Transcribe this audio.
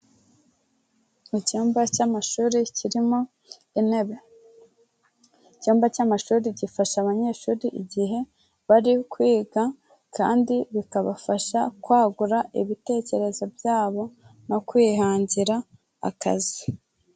Icyumba cy'amashuri kirimo intebe, icyumba cy'amashuri gifasha abanyeshuri igihe bari kwiga, kandi bikabafasha kwagura ibitekerezo byabo no kwihangira akazi.